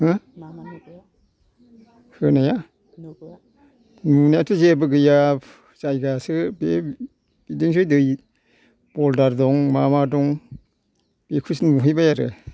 हो मा मा नुबोया होनाया नुबोया नुनायाथ' जेबो गैया जायगायासो बे बिदिनोसै दै बल्दार दं मामा दं बेखौसो नुहैबाय आरो